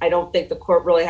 i don't think the court really